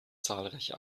zahlreiche